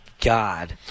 God